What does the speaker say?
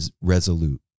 resolute